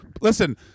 Listen